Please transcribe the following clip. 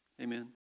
Amen